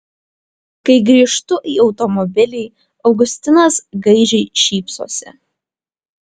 kai grįžtu į automobilį augustinas gaižiai šypsosi